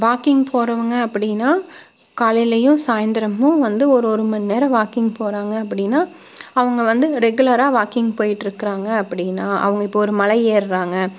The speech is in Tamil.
வாக்கிங் போறவங்க அப்படின்னா காலைலையும் சாய்ந்தரமும் வந்து ஒரு ஒரு மண்நேரம் வாக்கிங் போகறாங்க அப்படின்னா அவங்க வந்து ரெகுலராக வாக்கிங் போயிட்டுருக்குறாங்க அப்படின்னா அவங்க இப்போ ஒரு மலை ஏறுறாங்க